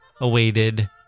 awaited